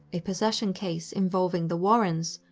a possession case involving the warrens,